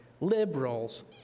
liberals